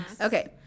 Okay